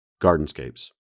Gardenscapes